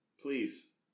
please